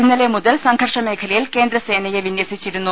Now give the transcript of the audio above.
ഇന്നലെ മുതൽ സംഘർഷ മേഖലയിൽ കേന്ദ്രസേനയെ വിന്യസിച്ചിരുന്നു